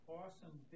awesome